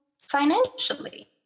financially